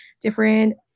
different